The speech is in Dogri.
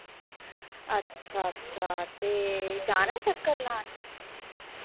अच्छा अच्छा ते जाना ऐ चक्कर लान